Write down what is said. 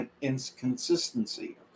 inconsistency